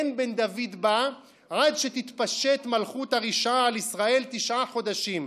אין בן דוד בא עד שתתפשט המלכות הרשעה על ישראל תשעה חודשים.